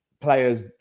players